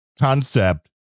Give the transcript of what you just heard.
Concept